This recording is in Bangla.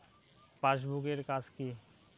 পাশবুক এর কাজ কি?